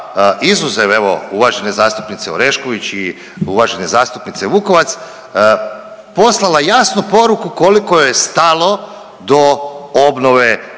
izuzev evo uvažene zastupnice Orešković i uvažene zastupnice Vukovac poslala jasnu poruku koliko je stalo do obnove